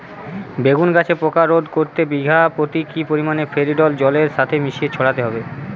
বেগুন গাছে পোকা রোধ করতে বিঘা পতি কি পরিমাণে ফেরিডোল জলের সাথে মিশিয়ে ছড়াতে হবে?